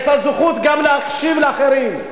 את הזכות גם להקשיב לאחרים,